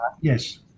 Yes